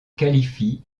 qualifie